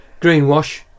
Greenwash